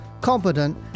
competent